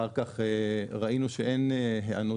אחר כך ראינו שאין היענות,